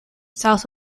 south